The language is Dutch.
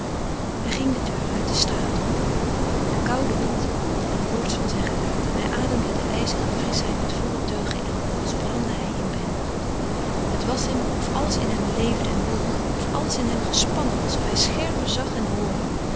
hij ging de deur uit de straat op de koude wind koelde de koorts van zijn gelaat en hij ademde de ijzige frischheid met volle teugen in als brandde hij inwendig het was hem of alles in hem leefde en woelde of alles in hem gespannen was of hij scherper zag en hoorde